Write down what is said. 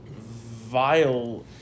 vile—